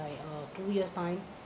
two years time